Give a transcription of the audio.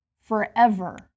forever